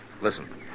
Listen